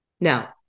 Now